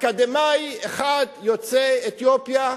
אקדמאי אחד יוצא אתיופיה.